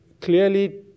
clearly